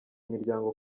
imiryango